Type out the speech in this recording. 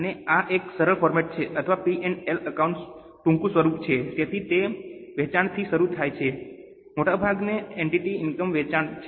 અને આ એક સરળ ફોર્મેટ છે અથવા P અને L એકાઉન્ટનું ટૂંકું સ્વરૂપ છે તેથી તે વેચાણથી શરૂ થાય છે મોટાભાગની એન્ટિટીની ઇનકમ વેચાણ છે